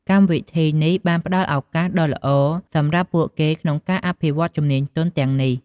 កម្មវិធីនេះ បានផ្ដល់ឱកាសដ៏ល្អសម្រាប់ពួកគេក្នុងការអភិវឌ្ឍន៍ជំនាញទន់ទាំងនេះ។